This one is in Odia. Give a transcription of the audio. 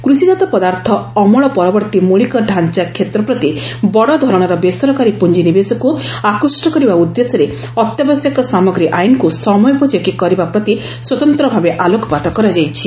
କୃଷିକାତ ପଦାର୍ଥ ଅମଳ ପରବର୍ତ୍ତୀ ମୌଳିକ ଢାଞ୍ଚା କ୍ଷେତ୍ର ପ୍ରତି ବଡ଼ ଧରଣର ବେସରକାରୀ ପୁଞ୍ଜିନିବେଶକୁ ଆକୃଷ୍ଟ କରିବା ଉଦ୍ଦେଶ୍ୟରେ ଅତ୍ୟାବଶ୍ୟକ ସାମଗ୍ରୀ ଆଇନକୁ ସମୟୋପଯୋଗୀ କରିବା ପ୍ରତି ସ୍ୱତନ୍ତ୍ର ଭାବେ ଆଲୋକପାତ କରାଯାଇଛି